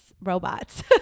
robots